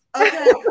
Okay